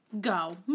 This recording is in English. go